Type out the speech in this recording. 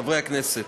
חברי הכנסת,